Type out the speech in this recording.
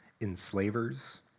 enslavers